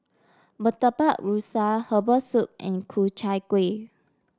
Murtabak Rusa Herbal Soup and Ku Chai Kuih